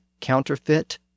counterfeit